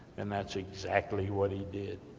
and that's exactly what he did.